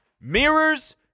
mirrors